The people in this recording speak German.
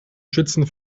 schützen